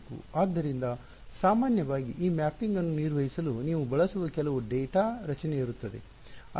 ಆದ್ದರಿಂದ ಸಾಮಾನ್ಯವಾಗಿ ಈ ಮ್ಯಾಪಿಂಗ್ ಅನ್ನು ನಿರ್ವಹಿಸಲು ನೀವು ಬಳಸುವ ಕೆಲವು ಡೇಟಾ ರಚನೆ ಇರುತ್ತದೆ